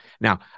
Now